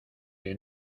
que